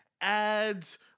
ads